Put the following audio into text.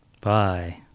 Bye